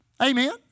Amen